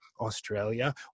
Australia